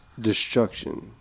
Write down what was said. destruction